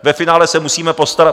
Ve finále se musíme postarat...